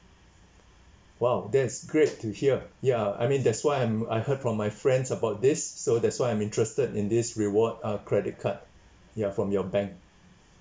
!wow! that is great to hear ya I mean that's why I'm I heard from my friends about this so that's why I'm interested in this reward uh credit card ya from your bank